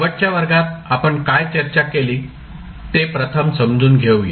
शेवटच्या वर्गात आपण काय चर्चा केली ते प्रथम समजून घेऊया